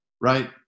Right